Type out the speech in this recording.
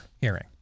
hearing